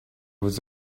was